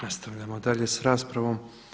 Nastavljamo dalje s raspravom.